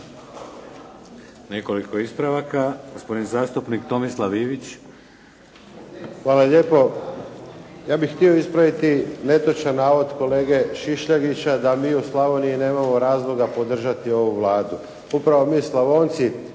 Hvala lijepo. Ja bih htio ispraviti netočan navod kolege Šišljagića, da mi u Slavoniji nemamo razloga podržati ovu Vladu. Upravo mi Slavonci